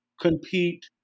compete